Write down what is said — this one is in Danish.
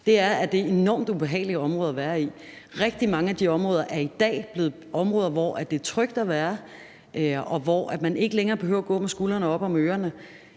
er, at det er enormt ubehagelige områder at være i. Rigtig mange af de områder er i dag blevet områder, hvor det er trygt at være, og hvor man ikke længere behøver at gå med skuldrene oppe om ørerne,